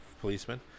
policeman